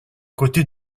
côté